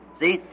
See